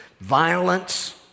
violence